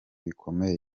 bikomeye